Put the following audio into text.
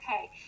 okay